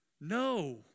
No